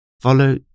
Follow